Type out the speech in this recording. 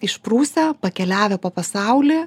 išprusę pakeliavę po pasaulį